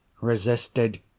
Resisted